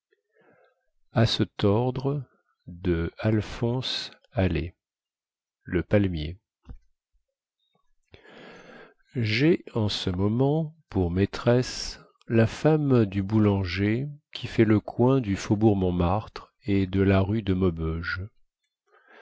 le palmier jai en ce moment pour maîtresse la femme du boulanger qui fait le coin du faubourg montmartre et de la rue de maubeuge